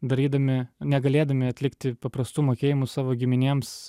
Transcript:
darydami negalėdami atlikti paprastų mokėjimų savo giminėms